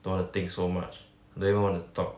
don't wanna think so much don't even wanna talk